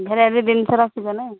variety ଜିନଷ ରଖିଛ ନା